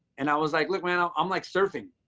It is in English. and i was like, look, man, i'm um like surfing.